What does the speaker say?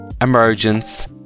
emergence